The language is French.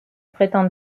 prétend